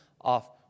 off